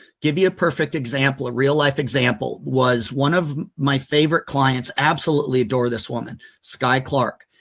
give you a perfect example, a real life example was one of my favorite clients, absolutely adore this woman, sky clark.